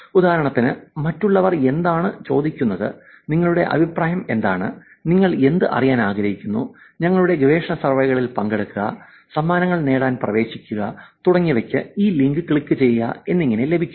ഉദാഹരണത്തിന് മറ്റുള്ളവർ എന്താണ് ചോദിക്കുന്നത് നിങ്ങളുടെ അഭിപ്രായം എന്താണ് നിങ്ങൾ എന്ത് അറിയാൻ ആഗ്രഹിക്കുന്നു ഞങ്ങളുടെ ഗവേഷണ സർവേകളിൽ പങ്കെടുക്കുക സമ്മാനങ്ങൾ നേടാൻ പ്രവേശിക്കുക തുടങ്ങിയവക്ക് ഈ ലിങ്ക് ക്ലിക്ക് ചെയ്യുക എന്നിങ്ങനെ ലഭിക്കും